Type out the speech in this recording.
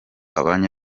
abanye